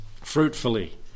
fruitfully